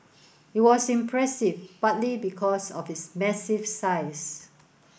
it was impressive partly because of its massive size